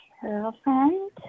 girlfriend